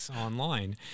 online